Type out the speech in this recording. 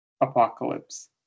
apocalypse